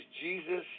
Jesus